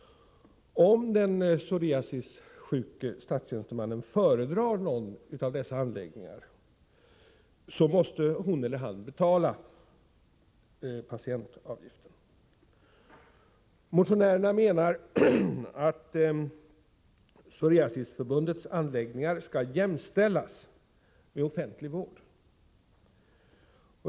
Om den psoriasissjuke statstjänstemannen föredrar någon av dessa anläggningar måste hon eller han betala patientavgiften. Motionärerna menar att Psoriasisförbundets anläggningar skall jämställas med offentlig vård.